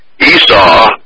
Esau